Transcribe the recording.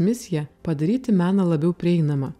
misija padaryti meną labiau prieinamą